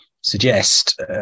suggest